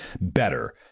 better